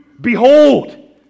Behold